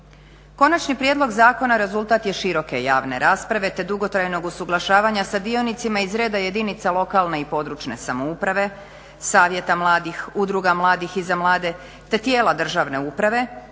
Konačni prijedlog zakona rezultat je široke javne rasprave te dugotrajnog usuglašavanja sa dionicima iz reda jedinica lokalne i područne samouprave, savjeta mladih, udruga mladih i za mlade te tijela državne uprave,